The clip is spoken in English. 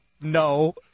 No